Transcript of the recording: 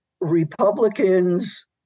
Republicans